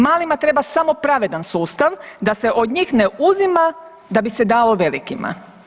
Malima treba samo pravedan sustav da se od njih ne uzima da bi se dalo velikima.